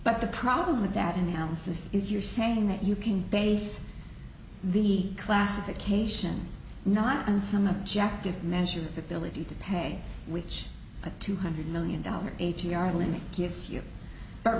but the problem with that analysis is you're saying that you can base the classification not on some objective measure the ability to pay which a two hundred million dollars a t r limit gives you but